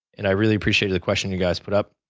and i really appreciate the question you, guys, put up.